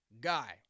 guy